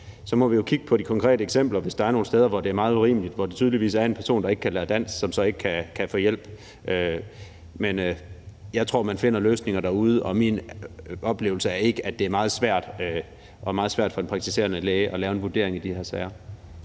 så må vi jo kigge på de konkrete eksempler, altså hvis der er nogle steder, hvor det er meget urimeligt, og hvor der tydeligvis er en person, der ikke kan lære dansk, og som så ikke kan få hjælp. Men jeg tror, man finder løsninger derude, og det er ikke min oplevelse, at det er meget svært for en praktiserende læge at lave en vurdering i de her sager.